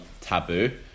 taboo